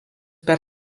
per